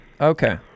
Okay